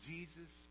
Jesus